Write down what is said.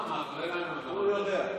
הוא יודע.